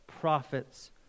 prophets